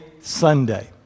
Sunday